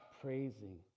praising